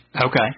Okay